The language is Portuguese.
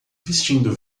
vestindo